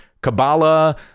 Kabbalah